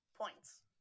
points